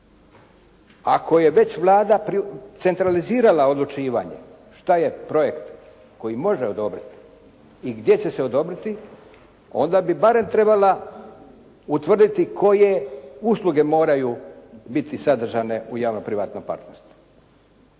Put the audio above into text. Ako je već Vlada centralizirala odlučivanje što je projekt koji može odobrit i gdje će se odobriti, onda bi barem trebala utvrditi koje usluge moraju biti sadržane u javno-privatnom partnerstvu.